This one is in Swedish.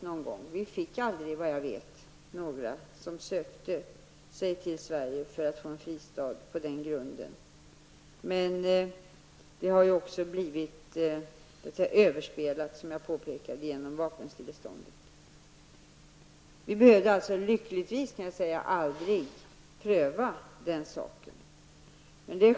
Såvitt jag vet var det aldrig några amerikanska desertörer som sökte sig till Sverige för att få en fristad på den grunden. Men frågan har, som jag påpekade, blivit överspelad genom vapenstilleståndet. Lyckligtvis behövde vi aldrig pröva den saken.